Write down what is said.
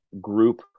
group